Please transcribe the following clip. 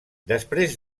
després